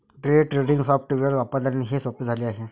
day trading software वापरल्याने हे सोपे झाले आहे